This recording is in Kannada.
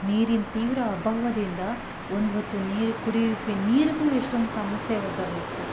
ನೀರಿನ ತೀವ್ರ ಅಭಾವದಿಂದ ಒಂದು ಹೊತ್ತು ನೀರು ಕುಡಿಯೋಕೆ ನೀರಿಗೂ ಇಷ್ಟೊಂದು ಸಮಸ್ಯೆ ಒದಗಿತ್ತು